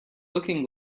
looking